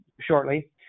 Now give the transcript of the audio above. shortly